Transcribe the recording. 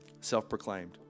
Self-proclaimed